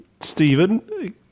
Stephen